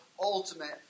ultimate